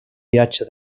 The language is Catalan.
viatge